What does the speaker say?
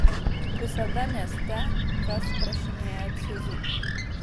visada mieste kas prašinėja cizų